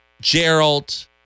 Gerald